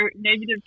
negative